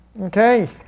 Okay